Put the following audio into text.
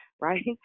right